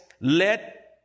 let